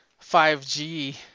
5G